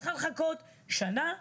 צריכה לחכות שנה,